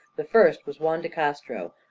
the first was juan de castro,